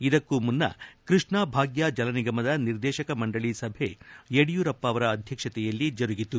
ಇದಕ್ಕೂ ಮುನ್ನ ಕೃಷ್ಣ ಭಾಗ್ತ ಜಲನಿಗಮದ ನಿರ್ದೇಶಕ ಮಂಡಳಿ ಸಭೆ ಯಡಿಯೂರಪ್ಪ ಅವರ ಅಧ್ವಕ್ಷತೆಯಲ್ಲಿ ಜರುಗಿತು